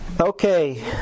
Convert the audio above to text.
Okay